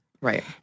Right